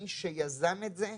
למי שיזם את זה,